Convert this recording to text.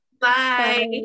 bye